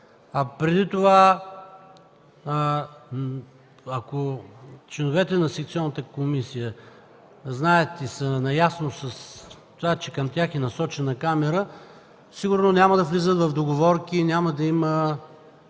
Преди това, ако членовете на секционната комисия знаят, наясно са с това, че към тях е насочена камера, сигурно няма да влизат в договорки и няма да има